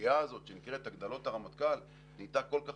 הסוגיה הזאת שנקראת הגדלות הרמטכ"ל נהייתה כל כך